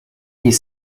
die